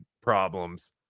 problems